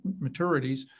maturities